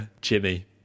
Jimmy